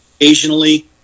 occasionally